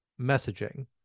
messaging